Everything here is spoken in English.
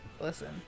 Listen